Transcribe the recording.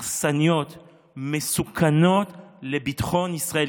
הרסניות ומסוכנות לביטחון ישראל,